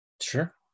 Sure